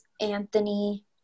Anthony